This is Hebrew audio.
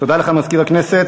תודה לך, מזכיר הכנסת.